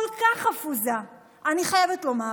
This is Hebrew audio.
כל כך חפוזה, אני חייבת לומר,